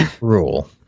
rule